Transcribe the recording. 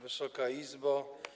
Wysoka Izbo!